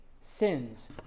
sins